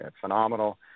phenomenal